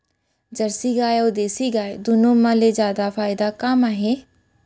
Jersey गाय अऊ देसी गाय दूनो मा ले जादा फायदा का मा हे?